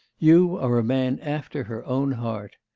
you are a man after her own heart.